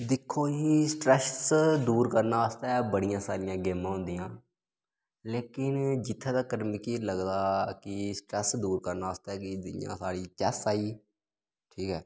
दिक्खो जी स्ट्रैस दूर करने आस्तै बड़ियां सारियां गेमां होन्दियां लेकिन जित्थे तकर मिगी लगदा कि स्ट्रैस दूर करने आस्तै इ'यां साढ़ी चैस आई गेई ठीक ऐ